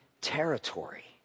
territory